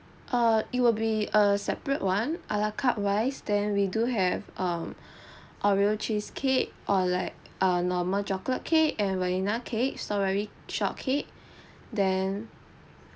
err it will be a separate one a la carte wise then we do have um oreo cheese cake or like a normal chocolate cake and vanilla cake strawberry shortcake then